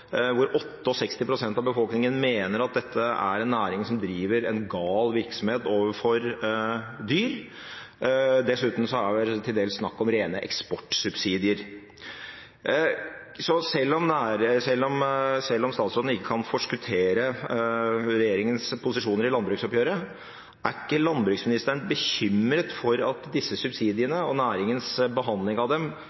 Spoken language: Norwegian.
av befolkningen mener at dette er en næring som driver en gal virksomhet overfor dyr. Dessuten er det til dels snakk om rene eksportsubsidier. Selv om statsråden ikke kan forskuttere regjeringens posisjoner i landbruksoppgjøret, er ikke landbruksministeren bekymret for at disse subsidiene og næringens behandling av dem